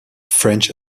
french